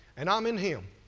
and i'm in him.